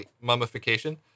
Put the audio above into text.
mummification